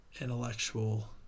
intellectual